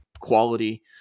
quality